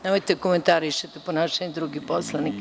Nemojte da komentarišete ponašanje drugih poslanika.